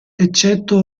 eccetto